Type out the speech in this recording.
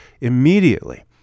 immediately